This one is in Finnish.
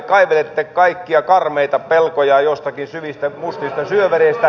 te kaivelette kaikkia karmeita pelkoja jostakin syvistä mustista syövereistä